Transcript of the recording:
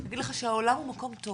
להגיד לך שהעולם הוא מקום טוב